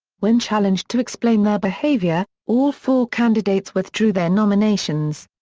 when challenged to explain their behavior, all four candidates withdrew their nominations.